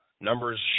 numbers